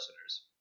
listeners